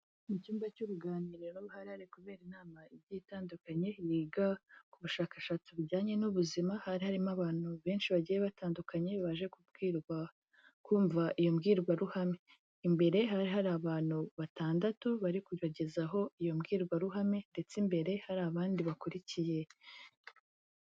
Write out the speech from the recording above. Mu cyumba cy'uruganiriro hari hari kubera inama itandukanye yiga ku bushakashatsi bujyanye n'ubuzima, hari harimo abantu benshi bagiye batandukanye baje kubwirwa, kumva iyo mbwirwaruhame. Imbere hari hari abantu batandatu, bari kubagezaho iyo mbwirwaruhame ndetse imbere hari abandi bakurikiye.